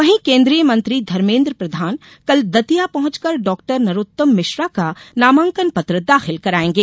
वहीं केन्द्रीय मंत्री धर्मेन्द्र प्रधान कल दतिया पहुंचकर डॉ नरोत्तम मिश्रा का नामांकन पत्र दाखिल करायेंगे